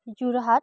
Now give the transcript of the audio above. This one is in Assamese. যোৰহাট